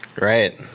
right